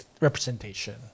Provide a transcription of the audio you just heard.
representation